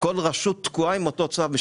וכל רשות תקועה עם הצו הזה.